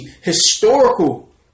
historical